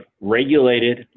regulated